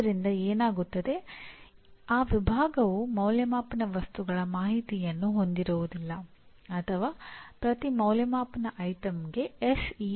ಸರಿ ಈಗ ಮುಂದಿನ ಪ್ರಯೋಜನಕ್ಕೆ ಬರೋಣ ಅದುವೇ "ಡಿಸ್ಕೋರ್ಸ್"